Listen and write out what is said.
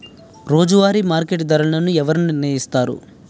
రోజువారి మార్కెట్ ధరలను ఎవరు నిర్ణయిస్తారు?